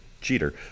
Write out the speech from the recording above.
cheater